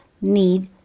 need